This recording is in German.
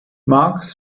marx